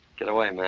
get away,